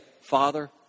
father